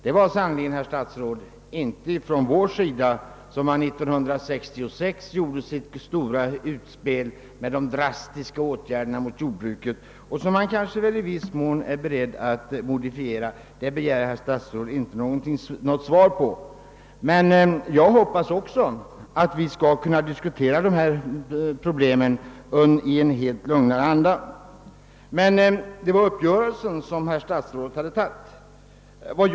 Det var sannerligen inte vi, herr statsråd, som år 1966 gjorde det stora utspelet med drastiska åtgärder mot jordbruket, vilka man kanske i viss mån nu är beredd att modifiera. Jag begärde inte något uttalande på denna punkt, herr statsråd, men även jag hoppas att vi skall kunna diskutera dessa problem i lugn anda. Nu gäller det emellertid den uppgörelse som statsrådet accepterat.